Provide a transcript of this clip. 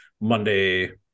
Monday